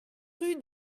rue